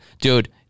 Dude